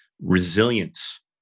Resilience